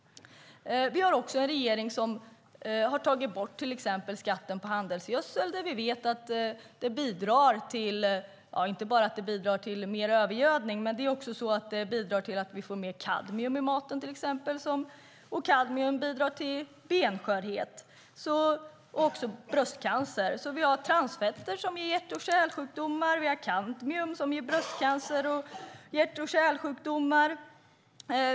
Vi har också en regering som har tagit bort till exempel skatten på handelsgödsel, som vi vet inte bara bidrar till mer övergödning utan också bidrar till att vi får mer kadmium i maten, och kadmium bidrar till benskörhet och även bröstcancer. Vi har alltså transfetter som ger hjärt och kärlsjukdomar och kadmium som ger bröstcancer och hjärt och kärlsjukdomar.